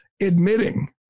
admitting